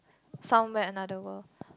somewhere another world